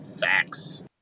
Facts